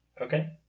Okay